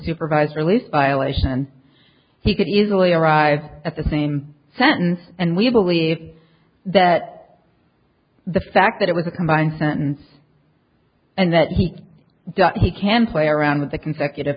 supervisor lease violation he could easily arrive at the same sentence and we believe that the fact that it was a combined sentance and that he does he can play around with the consecutive